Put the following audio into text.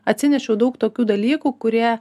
atsinešiau daug tokių dalykų kurie